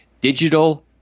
digital